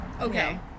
Okay